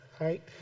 right